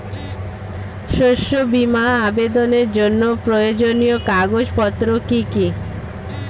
শস্য বীমা আবেদনের জন্য প্রয়োজনীয় কাগজপত্র কি কি?